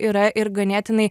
yra ir ganėtinai